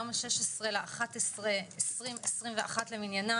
היום 16.11.2021 למניינם,